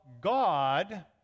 God